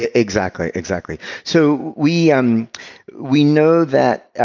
ah exactly, exactly. so we um we know that